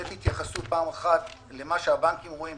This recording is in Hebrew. לתת התייחסות פעם אחת למה שהבנקים אומרים,